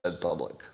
public